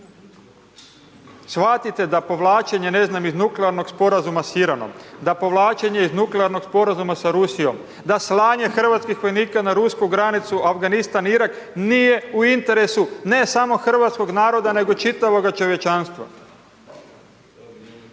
Shvatite da povlačenje, ne znam, iz nuklearnog sporazuma s Iranom, da povlačenje iz nuklearnog sporazuma sa Rusijom, da slanje hrvatskih vojnika na rusku granicu, Afganistan, Irak, nije u interesu, ne samo hrvatskog naroda nego čitavoga čovječanstva.